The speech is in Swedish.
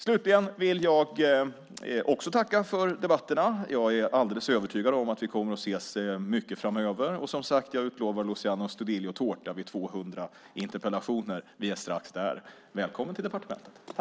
Slutligen vill jag också tacka för debatterna. Jag är alldeles övertygad om att vi kommer att ses mycket framöver. Som sagt utlovar jag Luciano Astudillo tårta vid 200 interpellationer. Vi är strax där. Välkommen till departementet!